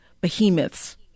behemoths